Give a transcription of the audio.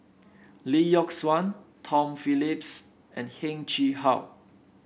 Lee Yock Suan Tom Phillips and Heng Chee How